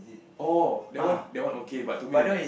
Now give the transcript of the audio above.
oh that one that one okay but to me the